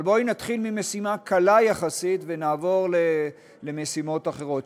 אבל בואי נתחיל במשימה קלה יחסית ונעבור למשימות אחרות.